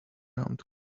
round